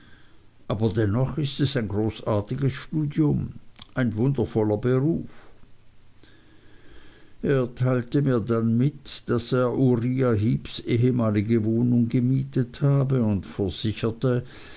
aber dennoch ist es ein großartiges studium ein wundervoller beruf er teilte mir dann mit daß er uriah heeps ehemalige wohnung gemietet habe und versicherte